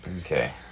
Okay